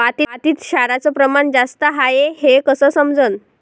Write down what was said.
मातीत क्षाराचं प्रमान जास्त हाये हे कस समजन?